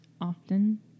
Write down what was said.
often